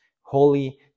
holy